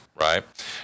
right